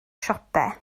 siopau